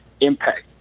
impact